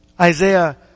Isaiah